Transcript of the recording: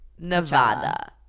Nevada